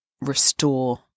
restore